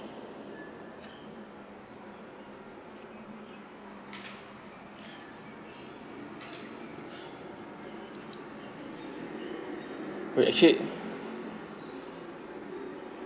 we actually